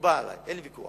מקובל עלי, אין ויכוח.